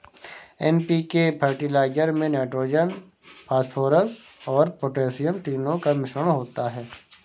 NPK fertilizer में nitrogen, phosphorus और potassium तीनों का मिश्रण होता है